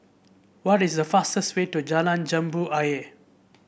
what is the fastest way to Jalan Jambu Ayer